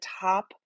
top